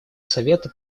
совета